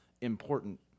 important